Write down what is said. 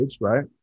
right